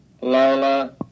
Lola